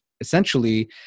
essentially